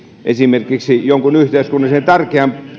esimerkiksi jonkun yhteiskunnallisesti tärkeän